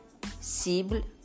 cible